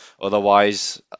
otherwise